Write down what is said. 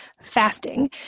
fasting